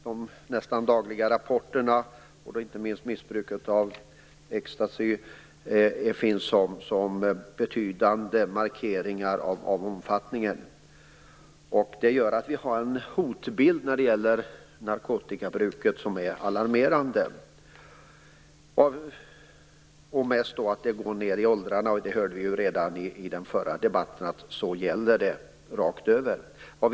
De nästan dagliga rapporterna - inte minst av missbruket av ecstacy - finns som betydande markeringar av omfattningen. Det finns en hotbild av narkotikamissbruket som är alarmerande. Missbruket går ned i åldrarna. I den tidigare debatten hörde vi att detta gäller över hela linjen.